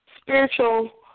spiritual